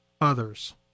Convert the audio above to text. others